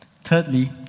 Thirdly